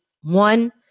one